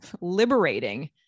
liberating